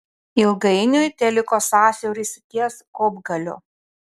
ilgainiui teliko sąsiauris ties kopgaliu